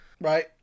right